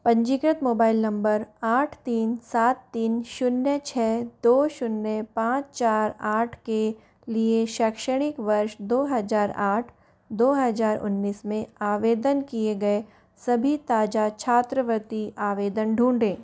पंजीकृत mobile number आठ तीन सात तीन शून्य छः दो शून्य पाँच चार आठ के लिए शैक्षणिक वर्ष दो हज़ार आठ दो हज़ार उन्नीस में आवेदन किए गए सभी ताजा छात्रवृत्ति आवेदन ढूँढें